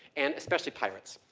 and especially pirates.